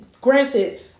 granted